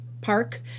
park